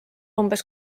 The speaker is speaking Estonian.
umbes